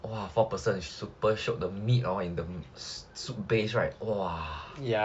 !wah! four person super shiok the meat and the soup base right !wah!